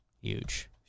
Huge